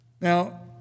Now